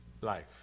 life